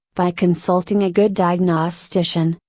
by consulting a good diagnostician,